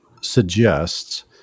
suggests